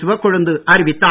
சிவக்கொழுந்து அறிவித்தார்